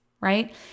right